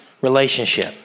relationship